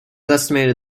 estimated